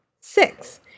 Six